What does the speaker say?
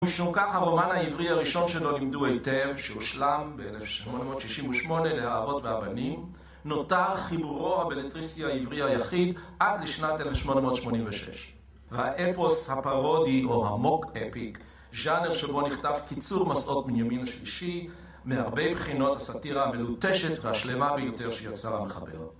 משום כך הרומן העברי הראשון שלו לימדו היטב שהושלם ב-1868 להאבות והבנים נותר חיבורו הבלטריסטי העברי היחיד עד לשנת 1886 והאפוס הפרודי או הmock epic, ז'אנר שבו נכתב קיצור מסעות בנימין השלישי, מהרבה בחינות הסאטירה המלוטשת והשלמה ביותר שיוצר המחבר